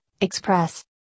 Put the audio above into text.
Express